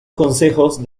consejos